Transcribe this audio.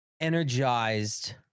energized